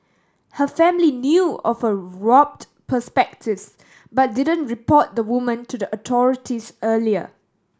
her family knew of her warped perspectives but didn't report the woman to the authorities earlier